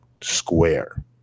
square